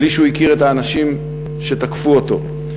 בלי שהוא הכיר את האנשים שתקפו אותו.